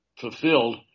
fulfilled